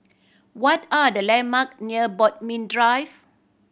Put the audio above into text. what are the landmark near Bodmin Drive